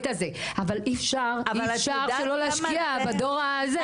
אבל אי אפשר לא להשקיע בדור הזה.